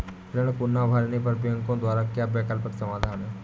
ऋण को ना भरने पर बैंकों द्वारा क्या वैकल्पिक समाधान हैं?